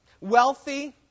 wealthy